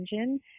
engine